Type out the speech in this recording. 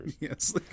Yes